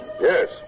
Yes